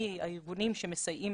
מהארגונים שמסייעים